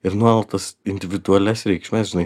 ir nuolat tas individualias reikšmes žinai